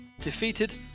Defeated